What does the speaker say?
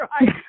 right